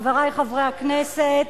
חברי חברי הכנסת,